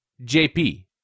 JP